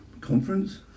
conference